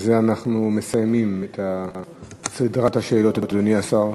בזה אנחנו מסיימים את סדרת השאלות, אדוני השר.